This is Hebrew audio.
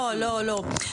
לא, לא.